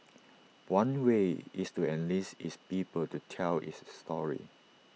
one way is to enlist its people to tell its story